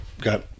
got